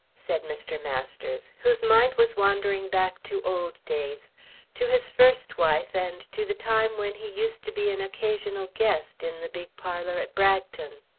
said mr. masters, whose mind was wandering back to old days to his first wife, and to the time when he used to be an occasional guest in the big parlour at bragton.